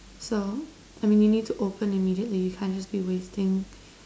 so I mean you need to open immediately you can't just be wasting